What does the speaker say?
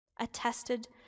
attested